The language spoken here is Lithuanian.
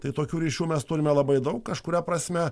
tai tokių ryšių mes turime labai daug kažkuria prasme